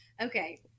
Okay